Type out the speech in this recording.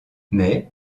mais